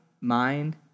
mind